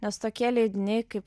nes tokie leidiniai kaip